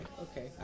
okay